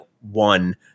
one